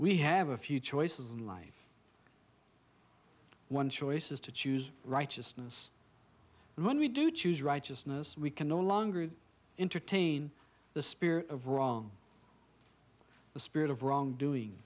we have a few choices in life one choice is to choose righteousness and when we do choose righteousness we can no longer entertain the spirit of wrong the spirit of wrong doing